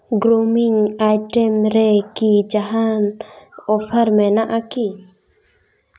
grooming item ᱨᱮᱠᱤ ᱡᱟᱦᱟᱱ ᱚᱯᱷᱟᱨ ᱢᱮᱱᱟᱜᱼᱟᱠᱤ